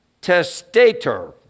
testator